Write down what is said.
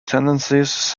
tendencies